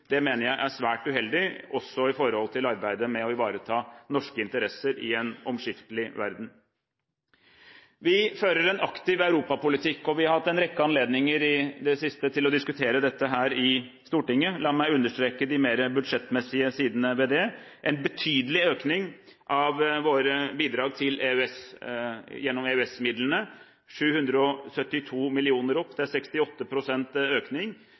Det mener jeg er svært uheldig, også i forhold til arbeidet med å ivareta norske interesser i en omskiftelig verden. Vi fører en aktiv europapolitikk, og vi har hatt en rekke anledninger i det siste til å diskutere dette i Stortinget. La meg understreke de mer budsjettmessige sidene ved det. Det er en betydelig økning av våre bidrag gjennom EØS-midlene, 772 mill. kr opp – det er 68 pst. økning.